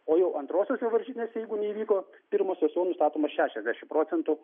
o jau antrosiose varžytinėse jeigu neįvyko pirmosios jau nustatoma šešiasdešimt procentų